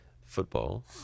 football